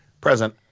Present